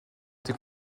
été